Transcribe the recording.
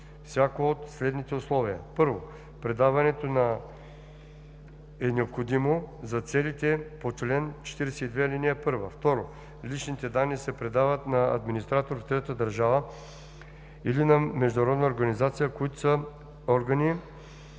едно от следните условия: 1. предаването е необходимо за целите по чл. 42, ал. 1; 2. личните данни се предават на администратор в трета държава или на международна организация, които са органи,